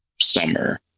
summer